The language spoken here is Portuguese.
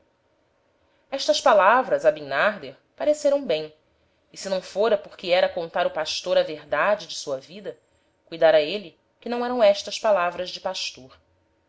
estas palavras a bimnarder pareceram bem e se não fôra porque era contar o pastor a verdade de sua vida cuidára êle que não eram estas palavras de pastor